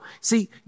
See